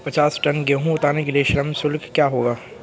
पचास टन गेहूँ उतारने के लिए श्रम शुल्क क्या होगा?